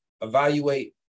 Evaluate